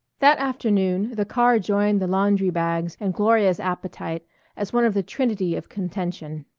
that afternoon the car joined the laundry-bags and gloria's appetite as one of the trinity of contention.